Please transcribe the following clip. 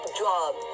job